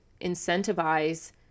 incentivize